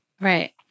Right